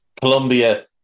Colombia